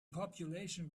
population